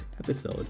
episode